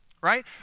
right